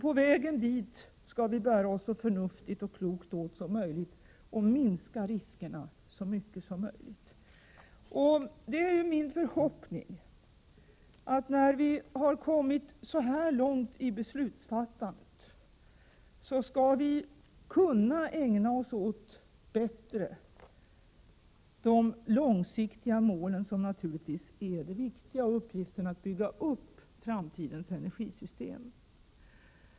På vägen dit skall vi bära oss så förnuftigt och klokt åt som möjligt och minska riskerna så mycket som möjligt. Min förhoppning är att vi, när vi har kommit så här långt i beslutsfattandet, skall kunna bättre ägna oss åt de långsiktiga målen, som naturligtvis är det viktiga. Uppgiften är att bygga upp framtidens energisystem.